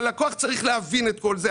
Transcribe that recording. הלקוח צריך להבין את כל זה.